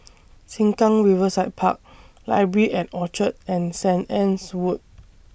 Sengkang Riverside Park Library At Orchard and Sanit Anne's Wood